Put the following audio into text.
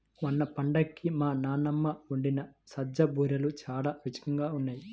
మొన్న పండక్కి మా నాన్నమ్మ వండిన సజ్జ బూరెలు చాలా రుచిగా ఉన్నాయి